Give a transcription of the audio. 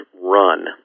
run